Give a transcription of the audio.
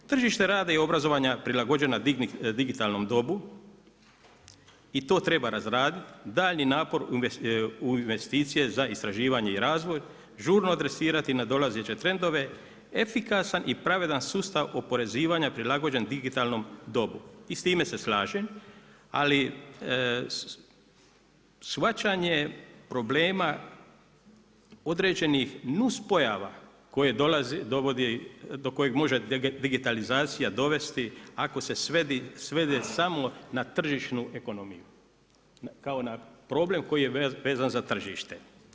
Tržište rada i obrazovanja prilagođena digitalnom dobu i to treba razraditi, dalji napor u investicije za istraživanje i razvoj, žurno adresirati nadolazeće trendove, efikasan i pravedan sustav oporezivanja prilagođen digitalnom dobu i s time se slažem ali shvaćanje problema određenih nuspojava do koje može digitalizacija dovesti ako se svede samo na tržišnu ekonomiju kao na problem koji je vezan za tržište.